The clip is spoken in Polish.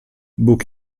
bóg